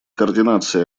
координации